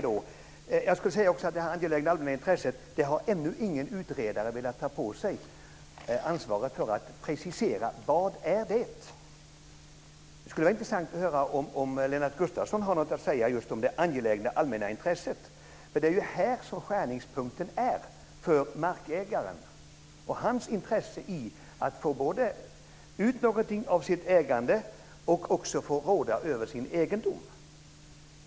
Det angelägna allmänintresset har ännu ingen utredare velat ta på sig ansvaret för att precisera vad det är. Det skulle vara intressant att höra om Lennart Gustavsson har något att säga just om det angelägna allmänna intresset. Det är ju här skärningspunkten finns för markägaren och hans intresse av att både få ut något av sitt ägande och få råda över sin egendom.